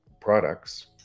products